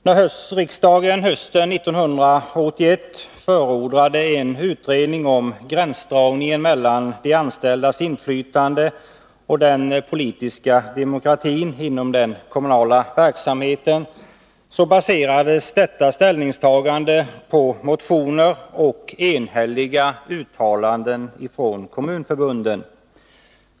När riksdagen hösten 1981 förordade en utredning om gränsdragningen mellan de anställdas inflyttande och den politiska demokratin inom den kommunala verksamheten, baserades detta ställningstagande på motioner och enhälliga uttalanden från kommunförbunden.